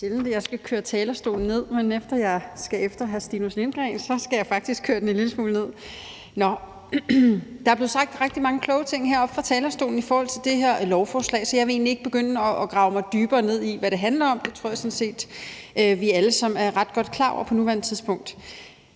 jeg skal køre talerstolen ned, men når jeg er efter hr. Stinus Lindgreen, skal jeg faktisk køre den en lille smule ned. Der er blevet sagt rigtig mange kloge ting her fra talerstolen i forhold til det her lovforslag, så jeg vil egentlig ikke begynde at grave mig dybere ned i, hvad det handler om, for det tror jeg sådan set vi alle sammen er ret godt klar over på nuværende tidspunkt.